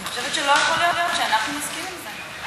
אני חושבת שלא יכול להיות שאנחנו נסכים לזה.